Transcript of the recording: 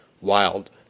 wild